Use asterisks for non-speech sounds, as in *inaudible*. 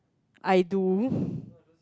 I do *breath*